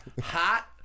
hot